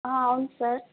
అవును సార్